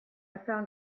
found